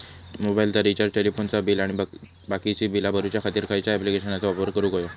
मोबाईलाचा रिचार्ज टेलिफोनाचा बिल आणि बाकीची बिला भरूच्या खातीर खयच्या ॲप्लिकेशनाचो वापर करूक होयो?